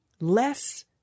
less